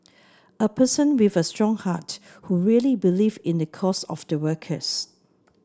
a person with a strong heart who really believe in the cause of the workers